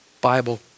Bible